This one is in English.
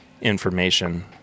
information